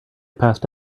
passed